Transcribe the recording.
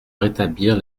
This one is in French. rétablir